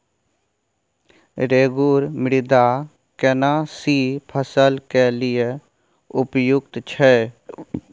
रेगुर मृदा केना सी फसल के लिये उपयुक्त छै?